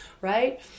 right